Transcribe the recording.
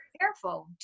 careful